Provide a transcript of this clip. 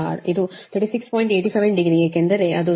87 degree ಏಕೆಂದರೆ ಅದು 0